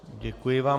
Děkuji vám.